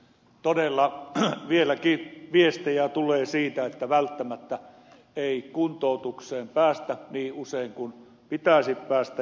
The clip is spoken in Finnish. todella vieläkin viestejä tulee siitä että välttämättä ei kuntoutukseen päästä niin usein kuin pitäisi päästä